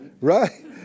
right